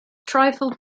trifle